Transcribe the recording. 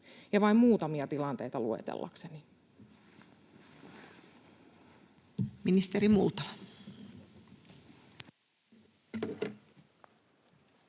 vain muutamia tilanteita luetellakseni.